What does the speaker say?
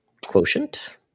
Quotient